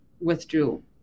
withdrew